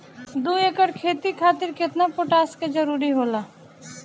दु एकड़ खेती खातिर केतना पोटाश के जरूरी होला?